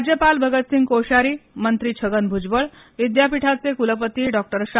राज्यपाल भगत सिंह कोश्यारी मंत्री छगन भुजबळ विद्यापीठाचे कुलपती डॉ शां